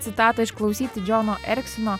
citatą išklausyti džono eriksono